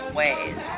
ways